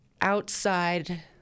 outside